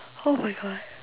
!oh-my-God!